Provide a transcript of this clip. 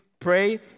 Pray